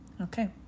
Okay